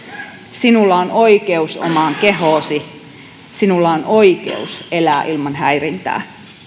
sinulla on oikeus omaan kehoosi sinulla on oikeus elää ilman häirintää